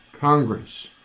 Congress